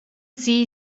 sie